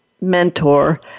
mentor